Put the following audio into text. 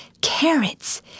Carrots